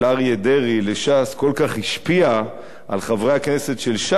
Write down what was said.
דרעי לש"ס כל כך השפיעה על חברי הכנסת של ש"ס,